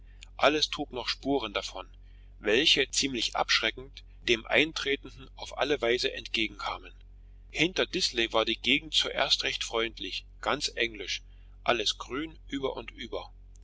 alles trug noch spuren davon welche ziemlich abschreckend dem eintretenden auf alle weise entgegenkamen hinter disley war die gegend zuerst recht freundlich ganz englisch alles grün über und über